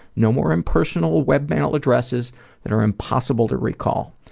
no more impersonal webmail addresses that are impossible to recall.